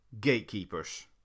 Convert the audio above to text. Gatekeepers